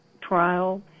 trial